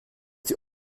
sie